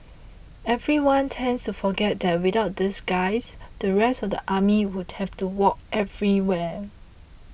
everyone tends to forget that without these guys the rest of the army would have to walk everywhere